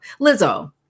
Lizzo